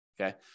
okay